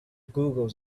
google